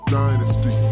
dynasty